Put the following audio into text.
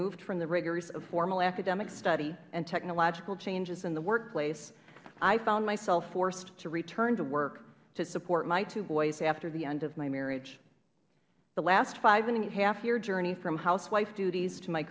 removed from the rigors of formal academic study and technological changes in the workplace i found myself forced to return to work to support my two boys after the end of my marriage the last five and a half year journey from housewife duties to my